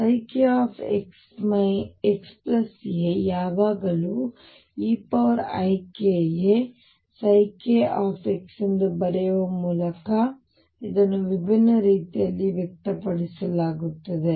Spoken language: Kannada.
kxa ಯಾವಾಗಲೂeikakಎಂದು ಬರೆಯುವ ಮೂಲಕ ಇದನ್ನು ವಿಭಿನ್ನ ರೀತಿಯಲ್ಲಿ ವ್ಯಕ್ತಪಡಿಸಲಾಗುತ್ತದೆ